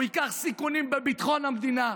הוא ייקח סיכונים בביטחון המדינה,